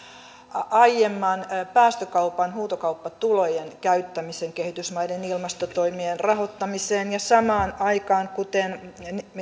aiemman päästökaupan huutokauppatulojen käyttämisen kehitysmaiden ilmastotoimien rahoittamiseen ja samaan aikaan kuten